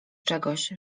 czegoś